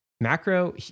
macro